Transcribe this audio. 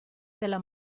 della